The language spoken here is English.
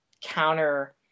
counter